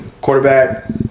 quarterback